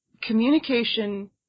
communication